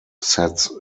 sets